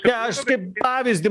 ne aš kaip pavyzdį